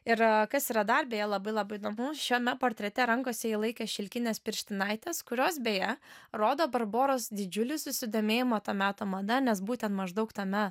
ir kas yra dar bei labai labai įdomu šiame portrete rankose jis laikė šilkines pirštinaites kurios beje rodo barboros didžiulį susidomėjimą to meto mada nes būtent maždaug tame